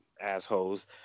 assholes